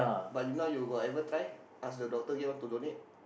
but now you got ever try ask the doctor get one to donate